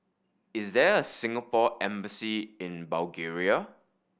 is there a Singapore Embassy in Bulgaria